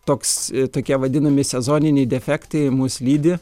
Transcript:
toks tokie vadinami sezoniniai defektai mus lydi